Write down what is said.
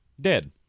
Dead